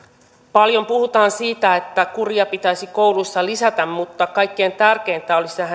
paljon puhutaan siitä että kuria pitäisi kouluissa lisätä mutta kaikkein tärkeintä olisi